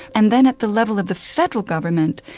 and then at the level of the federal government,